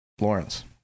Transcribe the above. Lawrence